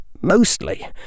mostly